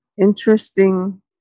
interesting